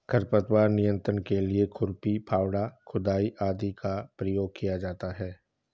खरपतवार नियंत्रण के लिए खुरपी, फावड़ा, खुदाई आदि का प्रयोग किया जाता है